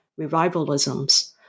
revivalisms